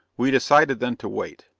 we decided then to wait.